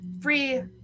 free